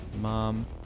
mom